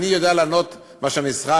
אני יודע לענות לפי הנתונים